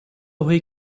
ହୋଇ